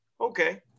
Okay